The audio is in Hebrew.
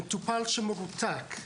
מטופל שמרותק,